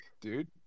dude